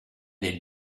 del